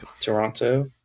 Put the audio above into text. Toronto